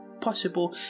possible